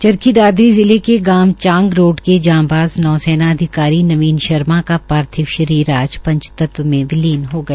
चरखी दादरी जिले के गांव चांगरोड के जांबाज़ नौ सेना अधिकारी नवीन शर्मा का पार्थिव शरीर आज पंच तत्व में विलीन हो गया